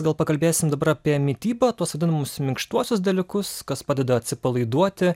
gal pakalbėsim dabar apie mitybą tuos vadinamus minkštuosius dalykus kas padeda atsipalaiduoti